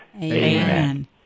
Amen